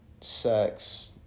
sex